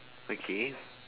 okay